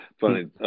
funny